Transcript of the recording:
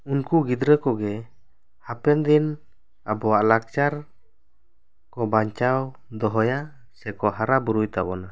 ᱩᱱᱠᱩ ᱜᱤᱫᱽᱨᱟᱹ ᱠᱚ ᱜᱮ ᱦᱟᱯᱮᱱ ᱫᱤᱱ ᱟᱵᱚᱣᱟᱜ ᱞᱟᱠᱪᱟᱨ ᱠᱚ ᱵᱟᱧᱪᱟᱣ ᱫᱚᱦᱚᱭᱟ ᱥᱮ ᱠᱚ ᱦᱟᱨᱟ ᱵᱩᱨᱩᱭ ᱛᱟᱵᱚᱱᱟ